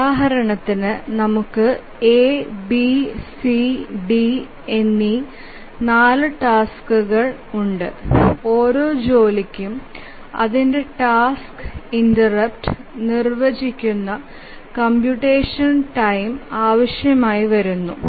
ഉദാഹരണത്തിന് നമുക്ക് A B C D എന്നീ നാല് ടാസ്കുകൾ ഉണ്ട് ഓരോ ജോലിക്കും അതിന്ടെ ടാസ്ക് ഇൻസ്റ്റൻസ് നിർവചികുന്ന കമ്പ്യൂടെഷൻ ടൈം ആവശ്യമായി വരുന്നു